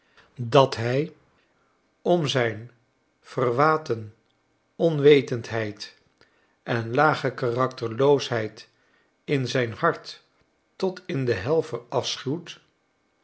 dat hi om zyn verwaten onwetendheid en lage karakterloosheid in zijn hart tot in de hel verafschuwt